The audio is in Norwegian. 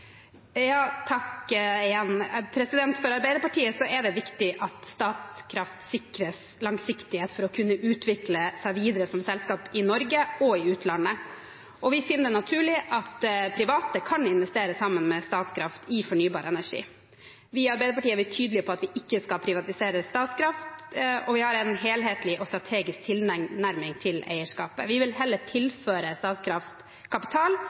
Takk igjen. For Arbeiderpartiet er det viktig at Statkraft sikres langsiktighet for å kunne utvikle seg videre som selskap i Norge og i utlandet. Vi finner det naturlig at private kan investere sammen med Statkraft i fornybar energi. Vi i Arbeiderpartiet er tydelige på at vi ikke skal privatisere Statkraft, og vi har en helhetlig og strategisk tilnærming til eierskapet. Vi vil heller tilføre Statkraft kapital